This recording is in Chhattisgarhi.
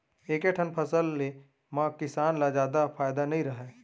एके ठन फसल ले म किसान ल जादा फायदा नइ रहय